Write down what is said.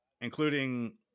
including